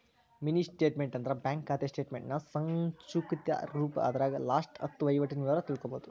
mini statement ಅಂದ್ರ bank ಖಾತೆ ಸ್ಟೇಟಮೆಂಟ್ನ ಸಂಕುಚಿತ ರೂಪ ಅದರಾಗ ಲಾಸ್ಟ ಹತ್ತ ವಹಿವಾಟಿನ ವಿವರ ತಿಳ್ಕೋಬೋದು